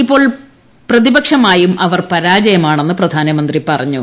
ഇപ്പോൾ പ്രതിപക്ഷമായും അവർ പരാജയമാണെന്ന് പ്രധാനമന്ത്രി പറഞ്ഞു